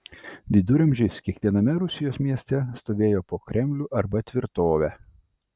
viduramžiais kiekviename rusijos mieste stovėjo po kremlių arba tvirtovę